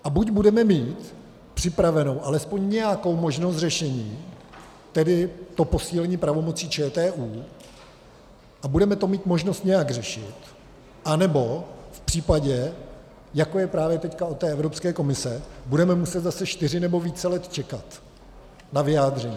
A buď budeme mít připravenou alespoň nějakou možnost řešení, tedy to posílení pravomocí ČTÚ, a budeme to mít možnost nějak řešit, anebo v případě, jako je právě teď u té Evropské komise, budeme muset čtyři nebo více let čekat na vyjádření.